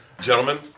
Gentlemen